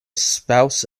spouse